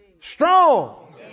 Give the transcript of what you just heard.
strong